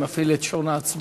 אני מפעיל את שעון ההצבעה,